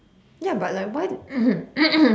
ya but like why